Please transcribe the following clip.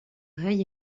reuil